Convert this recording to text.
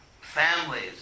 families